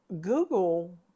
Google